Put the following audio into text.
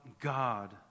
God